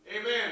Amen